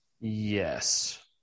Yes